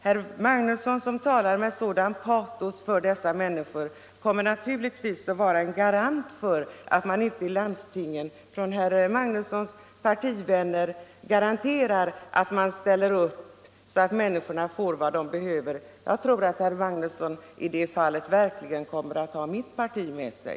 Herr Magnusson, som talar med sådant patos för dessa människor, kommer naturligtvis att vara en garant för att hans partivänner ute i landstingen ställer upp så att dessa människor får vad de behöver. Jag tror att herr Magnusson i det här fallet kommer att få mitt parti med sig.